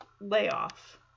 Layoff